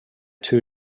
two